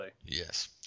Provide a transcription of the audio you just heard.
Yes